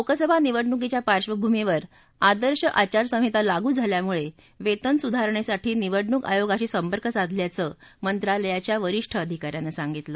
लोकसभा निवडणुकीच्या पार्कभूमीवर आदर्श आचारसंहिता लागू झाल्यामुळे वेतनसुधारणेसाठी निवडणूक आयोगाशी संपर्क साधल्याचं मंत्रालयाच्या वरिष्ठ अधिका यानं सांगितलं